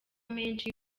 menshi